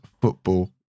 Football